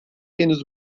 henüz